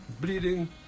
bleeding